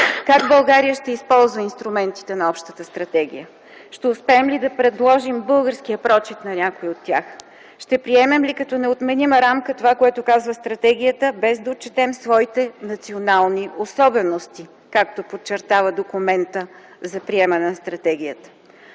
Как България ще използва инструментите на общата стратегия? Ще успеем ли да предложим българския прочит на някои от тях? Ще приемем ли като неотменима рамка това, което казва Стратегията, без да отчетем своите национални особености, както подчертава документът за приемане на Стратегията?